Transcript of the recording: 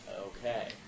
Okay